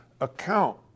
account